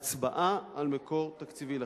הצבעה על מקור תקציבי לכך.